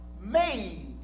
made